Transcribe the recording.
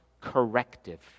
corrective